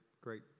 great